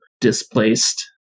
displaced